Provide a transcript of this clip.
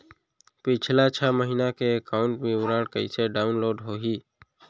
पिछला छः महीना के एकाउंट विवरण कइसे डाऊनलोड होही?